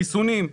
חיסונים.